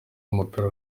w’umupira